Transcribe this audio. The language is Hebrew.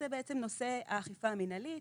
זה בעצם נושא האכיפה המנהלית.